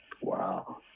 Wow